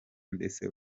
ndetse